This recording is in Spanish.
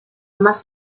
más